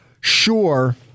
Sure